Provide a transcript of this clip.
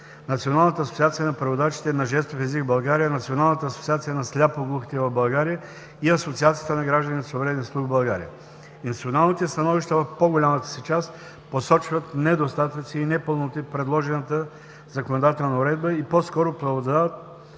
Националната асоциация на преводачите на жестов език в България, Националната асоциация на сляпо-глухите в България и Асоциацията на гражданите с увреден слух в България. Институционалните становища в по-голямата си част посочват недостатъци и непълноти в предложената законодателна уредба и по-скоро преобладават